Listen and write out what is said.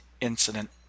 incident